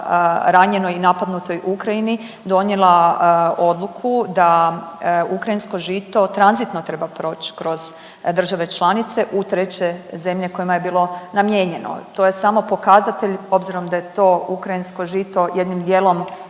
ranjenoj i napadnutoj Ukrajini, donijela odluku da ukrajinsko žito tranzitno treba proć kroz države članice u treće zemlje kojima je bilo namijenjeno. To je samo pokazatelj obzirom da je to ukrajinsko žito jednim dijelom